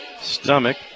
stomach